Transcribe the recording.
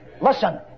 Listen